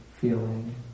feeling